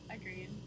agreed